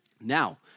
Now